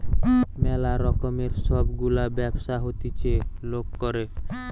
ম্যালা রকমের সব গুলা ব্যবসা হতিছে লোক করে